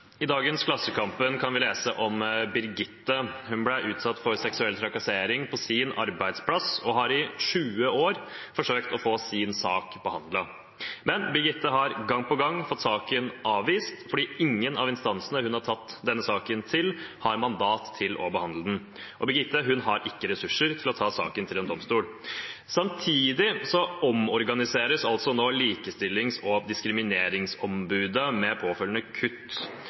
seksuell trakassering på sin arbeidsplass og har i 20 år forsøkt å få sin sak behandlet. Men Birgitte har gang på gang fått saken avvist fordi ingen av instansene hun har tatt denne saken til, har mandat til å behandle den, og Birgitte har ikke ressurser til å ta saken til en domstol. Samtidig omorganiseres nå Likestillings- og diskrimineringsombudet, med påfølgende kutt,